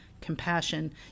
compassion